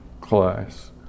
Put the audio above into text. class